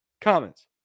Comments